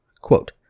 quote